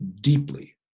deeply